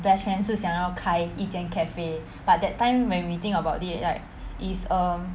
best friend 是想要开一间 cafe but that time when we think about right is um